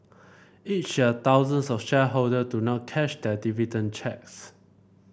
each year thousands of shareholder do not cash their dividend cheques